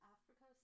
Africa